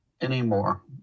anymore